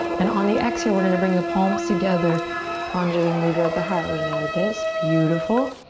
and on the exhale we're gonna bring the palms together anjuli mudra at the heart. we know this, beautiful.